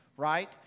Right